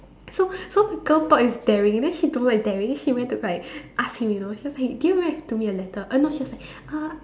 so so the girl thought is daring then he don't like daring then he went to like ask him you know he was like did you write to me a letter oh no she was like uh